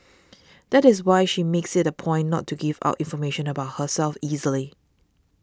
that is why she makes it a point not to give out information about herself easily